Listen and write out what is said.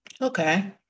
Okay